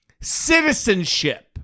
Citizenship